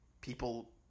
people